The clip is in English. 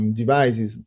devices